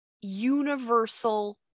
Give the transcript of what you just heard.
universal